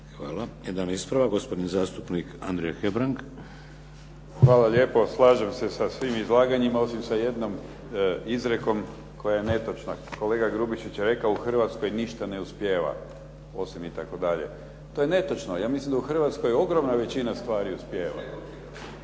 Hvala. Jedan ispravak gospodin zastupnik Andrija Hebrang. **Hebrang, Andrija (HDZ)** Hvala lijepo. Slažem se sa svim izlaganjima osim sa jednom izrekom koja je netočna. Kolega Grubišić je rekao: "Ništa u Hrvatskoj ne uspijeva osim…". To je netočno. Ja mislim da u Hrvatskoj ogromna većina stvari uspijeva.